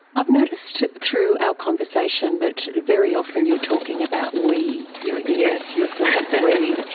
i've noticed through our conversation that very often you are talking about we, you express yourself as